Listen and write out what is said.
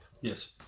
Yes